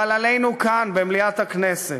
אבל עלינו כאן במליאת הכנסת